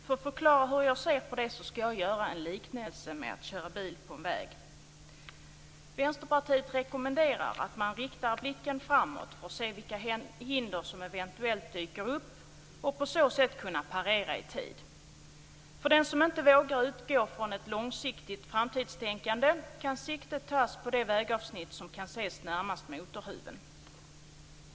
För att förklara hur jag ser på det skall jag göra en liknelse med att köra bil på en väg. Vänsterpartiet rekommenderar att man riktar blicken framåt för att se vilka hinder som eventuellt dyker upp för att på så sätt kunna parera i tid. För dem som inte vågar utgå från ett långsiktigt framtidstänkande kan sikte tas på det vägavsnitt som kan ses närmast motorhuven.